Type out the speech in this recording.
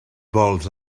vols